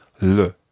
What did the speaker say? LE